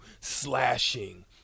slashing